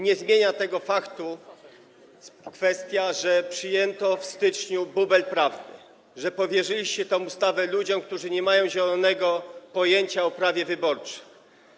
Nie zmienia tego faktu kwestia, że w styczniu przyjęto bubel prawny, że powierzyliście tę ustawę ludziom, którzy nie mają zielonego pojęcia o prawie wyborczym.